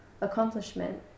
accomplishment